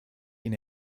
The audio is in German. den